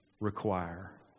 require